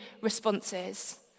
responses